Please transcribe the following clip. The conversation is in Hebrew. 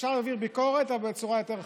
אפשר להעביר ביקורת אבל בצורה יותר חברית.